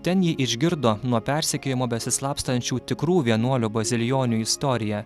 ten ji išgirdo nuo persekiojimo besislapstančių tikrų vienuolių bazilijonių istoriją